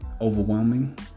overwhelming